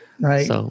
right